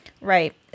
Right